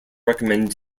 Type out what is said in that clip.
recommend